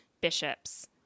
bishops